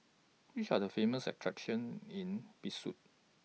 Which Are The Famous attractions in Bissau